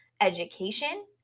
education